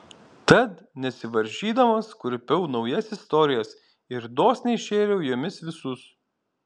tad nesivaržydamas kurpiau naujas istorijas ir dosniai šėriau jomis visus